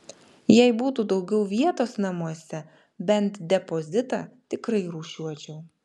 jei būtų daugiau vietos namuose bent depozitą tikrai rūšiuočiau